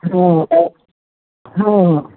हो हो